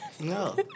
No